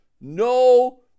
No